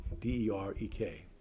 D-E-R-E-K